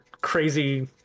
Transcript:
crazy